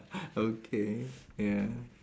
okay ya